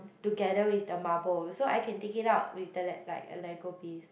together with the marble so I can take it out with the like like a lego piece